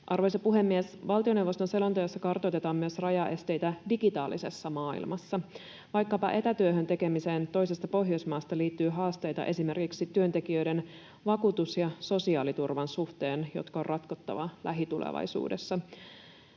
Arvoisa puhemies! Valtioneuvoston selonteossa kartoitetaan myös rajaesteitä digitaalisessa maailmassa. Vaikkapa etätyön tekemiseen toisesta Pohjoismaasta liittyy esimerkiksi työntekijöiden vakuutus- ja sosiaaliturvan suhteen haasteita, jotka on ratkottava lähitulevaisuudessa,